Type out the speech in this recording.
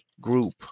Group